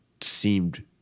seemed